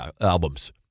albums